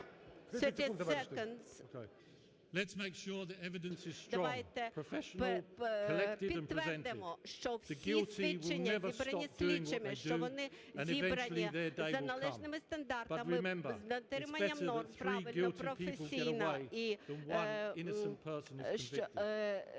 Давайте підтвердимо, що всі свідчення зібрані слідчими, що вони зібрані за належними стандартами, з дотриманням норм, правильно, професійно. І нехай